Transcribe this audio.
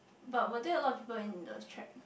but what did a lot of people in the check